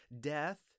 Death